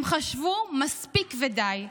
הם חשבו: מספיק ודי.